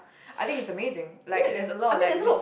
I think it's amazing like there's a lot like they